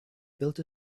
built